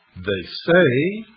they say,